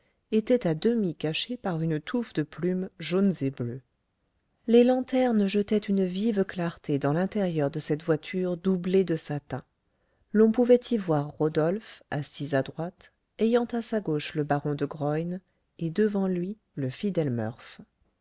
était à demi caché par une touffe de plumes jaunes et bleues les lanternes jetaient une vive clarté dans l'intérieur de cette voiture doublée de satin l'on pouvait y voir rodolphe assis à droite ayant à sa gauche le baron de graün et devant lui le fidèle